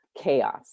chaos